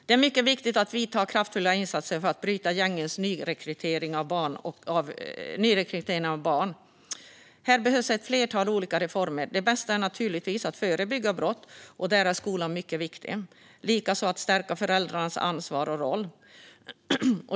Det är mycket viktigt att vidta kraftfulla insatser för att bryta nyrekryteringen av barn till gängen. Här behövs ett flertal olika reformer. Det bästa är naturligtvis att förebygga brott, och där är skolan mycket viktig. Likaså är det viktigt att stärka föräldrarnas ansvar och roll.